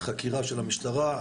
חקירה של המשטרה,